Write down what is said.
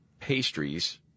pastries